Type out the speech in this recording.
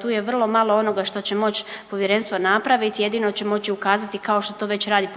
tu je vrlo malo onoga što će moć povjerenstvo napraviti, jedino će moći ukazati kao što to već radi